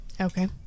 Okay